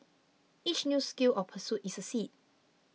each new skill or pursuit is a seed